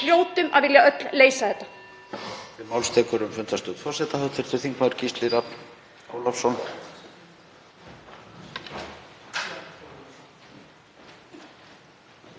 hljótum öll að vilja öll leysa þetta.